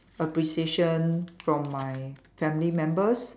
appreciation from my family members